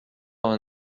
vingt